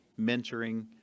mentoring